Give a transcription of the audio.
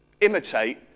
Imitate